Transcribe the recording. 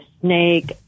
snake